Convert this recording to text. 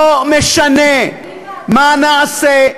לא משנה מה נעשה,